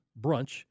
brunch